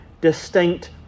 distinct